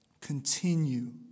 continue